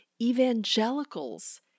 evangelicals